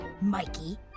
Mikey